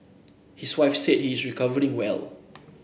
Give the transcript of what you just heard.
his wife said he is recovering well